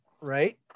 right